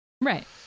Right